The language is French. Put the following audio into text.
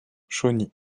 chauny